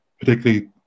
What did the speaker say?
particularly